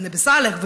בנבי סלאח,